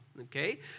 okay